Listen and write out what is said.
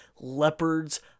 Leopards